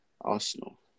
Arsenal